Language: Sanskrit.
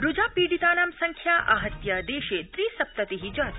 रूजा पीडितानां संख्या आहत्य देशे त्रि सप्तति जाता